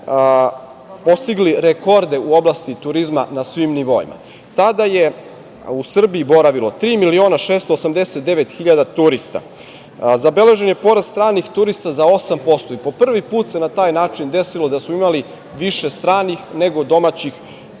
postigli rekorde u oblasti turizma na svim nivoima. Tada je u Srbiji boravilo 3.689.000 turista. Zabeležen je porast stranih turista za 8%, i po prvi put se na taj način desilo da smo imali više stranih, nego domaćih gostiju